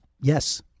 Yes